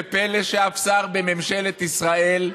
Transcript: זה פלא שאף שר בממשלת ישראל,